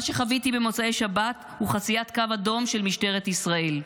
מה שחוויתי במוצאי שבת הוא חציית קו אדום של משטרת ישראל.